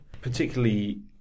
particularly